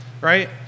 right